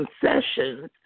concessions